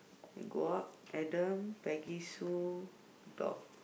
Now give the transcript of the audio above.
go up Adam Peggy Sue dog